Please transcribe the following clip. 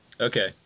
Okay